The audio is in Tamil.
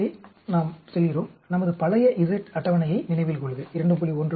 எனவே நாம் செல்கிறோம் நமது பழைய z அட்டவணையை நினைவில் கொள்க 2